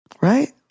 Right